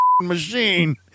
machine